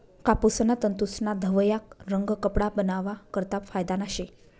कापूसना तंतूस्ना धवया रंग कपडा बनावा करता फायदाना शे